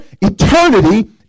eternity